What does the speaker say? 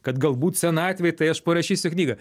kad galbūt senatvėj tai aš parašysiu knygą